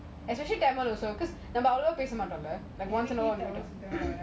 especially tamil also like once in a while